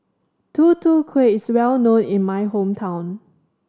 Tutu Kueh is well known in my hometown